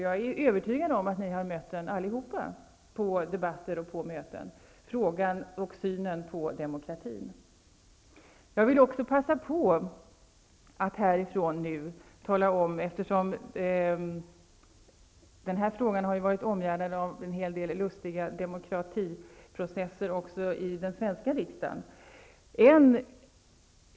Jag är övertygad om att ni allihop i debatter och på möten har stött på den här frågan om synen på demokratin. Den här frågan har varit omgärdad av en hel del lustiga demokratiprocesser också i den svenska riksdagen.